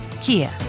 Kia